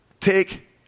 take